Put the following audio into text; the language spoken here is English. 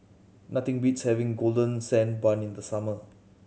nothing beats having Golden Sand Bun in the summer